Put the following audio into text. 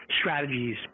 strategies